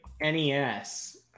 NES